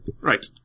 Right